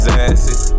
asses